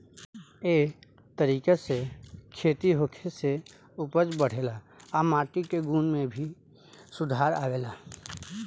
ए तरीका से खेती होखे से उपज बढ़ेला आ माटी के गुण में भी सुधार आवेला